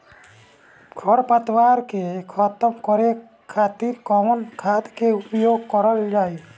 खर पतवार के खतम करे खातिर कवन खाद के उपयोग करल जाई?